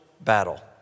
battle